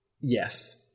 Yes